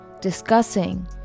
discussing